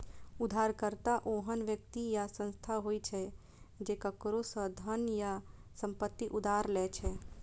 उधारकर्ता ओहन व्यक्ति या संस्था होइ छै, जे केकरो सं धन या संपत्ति उधार लै छै